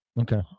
Okay